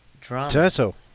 Turtle